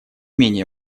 менее